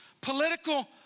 political